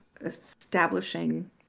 establishing